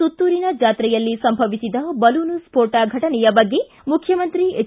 ಸುತ್ತೂರಿನ ಜಾತ್ರೆಯಲ್ಲಿ ಸಂಭವಿಸಿದ ಬಲೂನು ಸ್ಫೋಟ ಫಟನೆಯ ಬಗ್ಗೆ ಮುಖ್ಯಮಂತ್ರಿ ಎಚ್